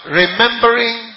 remembering